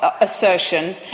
assertion